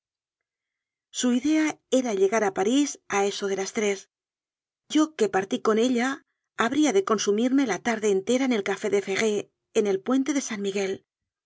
su idea era llegar a parís a eso de las tresyo que partí con ella habría de consumirme la tarde entera en el café de feré en el puente de san miguel